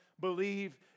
believe